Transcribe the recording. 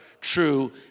true